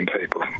people